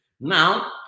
now